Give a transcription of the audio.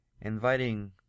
inviting